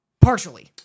partially